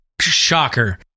Shocker